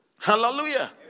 Hallelujah